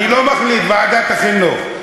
אני לא מחליט, ועדת החינוך.